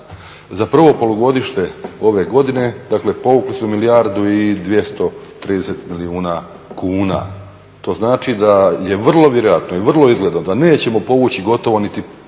Za prvo polugodište ove godine, dakle povukli smo 1 230 milijuna kuna. To znači da je vrlo vjerojatno i vrlo izgledno da nećemo povući gotovo nešto